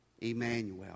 Emmanuel